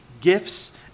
gifts